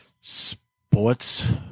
sports